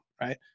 right